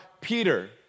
Peter